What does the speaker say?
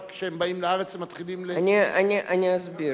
רק כשהם באים לארץ הם מתחילים, המוצא הם מקבלים.